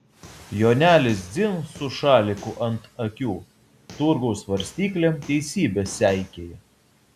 jonelis dzin su šaliku ant akių turgaus svarstyklėm teisybę seikėja